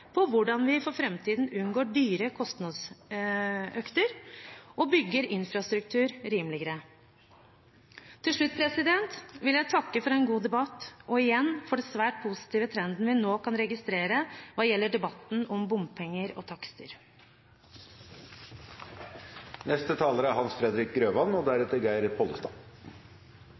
om hvordan vi for framtiden unngår dyre kostnadsøkninger og bygger infrastruktur rimeligere. Til slutt vil jeg takke for en god debatt og igjen for den svært positive trenden vi nå kan registrere hva gjelder debatten om bompenger og takster. E18 Rugtvedt–Dørdal er